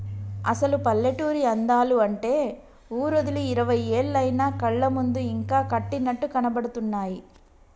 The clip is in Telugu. అసలు పల్లెటూరి అందాలు అంటే ఊరోదిలి ఇరవై ఏళ్లయినా కళ్ళ ముందు ఇంకా కట్టినట్లు కనబడుతున్నాయి